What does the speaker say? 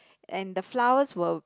and the flowers were